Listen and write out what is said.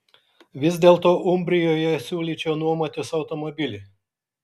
vis dėlto umbrijoje siūlyčiau nuomotis automobilį